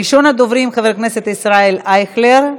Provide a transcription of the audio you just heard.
ראשון הדוברים חבר הכנסת ישראל אייכלר,